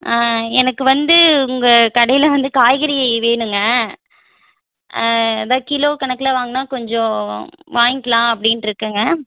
ஆ எனக்கு வந்து உங்கள் கடையில் வந்து காய்கறி வேணுங்க அதுதான் கிலோ கணக்கில் வாங்கினா கொஞ்சம் வாங்கிக்கலாம் அப்படின்ட்ருக்கேங்க